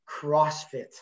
CrossFit